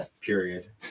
period